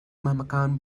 memakan